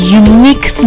unique